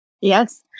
Yes